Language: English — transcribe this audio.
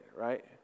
right